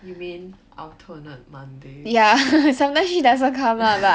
you mean alternate monday